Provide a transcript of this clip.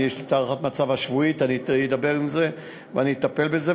יש לי הערכת המצב השבועית, ואני אטפל בזה.